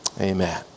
Amen